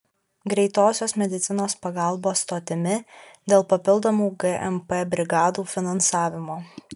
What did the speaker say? greitosios medicinos pagalbos stotimi dėl papildomų gmp brigadų finansavimo